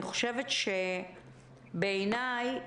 בעיניי,